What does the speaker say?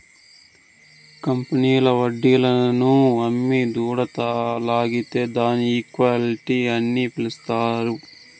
కంపెనీల్లు వడ్డీలను అమ్మి దుడ్డు లాగితే దాన్ని ఈక్విటీ అని పిలస్తారు